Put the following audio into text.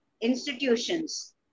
institutions